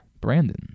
brandon